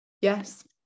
yes